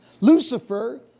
Lucifer